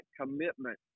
commitment